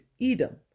Edom